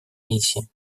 миссии